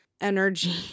energy